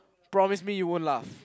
promise me you won't laugh